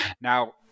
Now